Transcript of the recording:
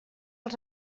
els